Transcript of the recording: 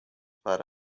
para